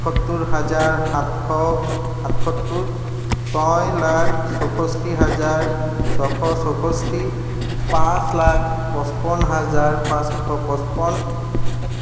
সাতসত্তৰ হাজাৰ সাতশ সাতসত্তৰ ছয় লাখ চৌষষ্ঠি হাজাৰ ছশ চৌষষ্ঠি পাঁচ লাখ পঁচপন্ন হাজাৰ পাঁচশ পঁচপন্ন